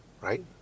right